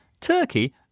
Turkey